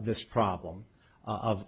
this problem of